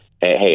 hey